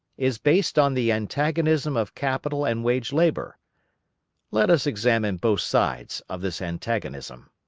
is based on the antagonism of capital and wage-labour. let us examine both sides of this antagonism.